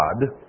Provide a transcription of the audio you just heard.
God